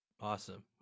Awesome